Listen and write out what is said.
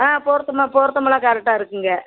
ஆ பொருத்தம்லாம் பொருத்தமெல்லாம் கரெக்டாக இருக்குதுங்க